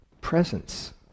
presence